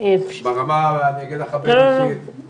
ברמה הבין-אישית אם